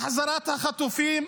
להחזרת החטופים,